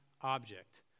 object